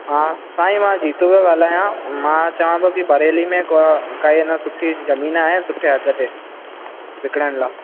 हा साईं मां जीतू पियो ॻाल्हायां मां चवां थो की बरेली में को काई अन सुठी ज़मीन आहे सुठे अघ ते विकिणण लाइ